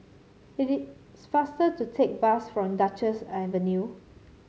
it is faster to take bus from Duchess Avenue